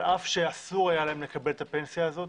על אף שאסור היה להם לקבל את הפנסיה הזאת,